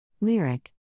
Lyric